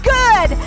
good